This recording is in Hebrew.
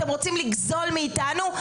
אתם רוצים לגזול מאיתנו,